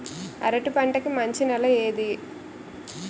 అరటి పంట కి మంచి నెల ఏది?